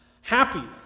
Happy